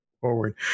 forward